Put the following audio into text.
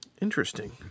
Interesting